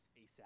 ASAP